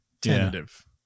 Tentative